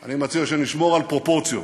אני מציע שנשמור על פרופורציות: